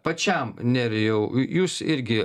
pačiam nerijau jūs irgi